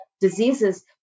diseases